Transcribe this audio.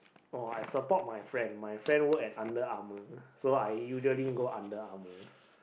oh I support my friend my friend work at Under-Armour so I usually go Under-Armour